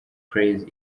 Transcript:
praise